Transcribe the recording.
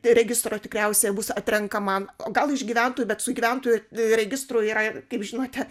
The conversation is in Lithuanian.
registro tikriausiai bus atrenkama o gal iš gyventojų bet su gyventojų registru yra kaip žinote